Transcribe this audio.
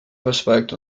verschweigt